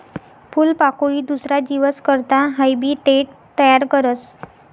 फूलपाकोई दुसरा जीवस करता हैबीटेट तयार करस